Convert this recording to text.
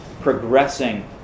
progressing